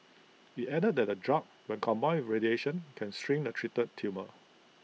IT added that the drug when combined radiation can shrink the treated tumour